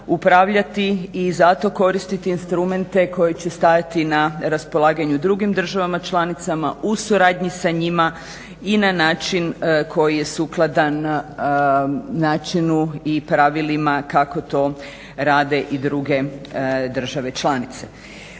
upravljati i za to koristiti instrumente koji će stajati na raspolaganju drugim državama članicama. U suradnji sa njima i na način koji je sukladan načinu i pravilima kako to rade i druge države članice.